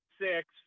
six